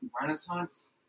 Renaissance